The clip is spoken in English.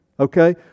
Okay